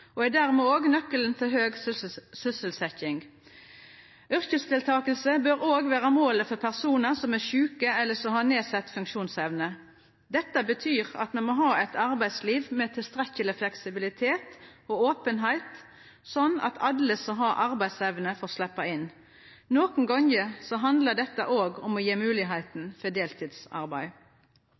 og er dermed òg nøkkelen til høg sysselsetjing. Yrkesdeltaking bør òg vera målet for personar som er sjuke, eller som har nedsett funksjonsevne. Dette betyr at me må ha eit arbeidsliv med tilstrekkeleg fleksibilitet og openheit, sånn at alle som har arbeidsevne, får sleppa inn. Nokon gonger handlar dette òg om å gje moglegheit for deltidsarbeid.